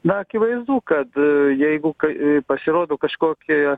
na akivaizdu kad jeigu kai pasirodo kažkokia